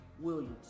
Williams